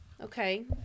Okay